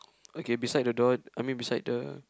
okay beside the door I mean beside the